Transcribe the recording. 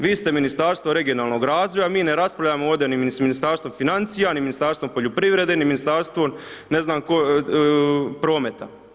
Vi ste Ministarstvo regionalnog razvoja, mi ne raspravljamo ovdje ni s Ministarstvom financija, ni Ministarstvom poljoprivrede ni Ministarstvom, ne znam, prometa.